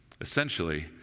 Essentially